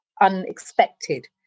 unexpected